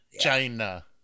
China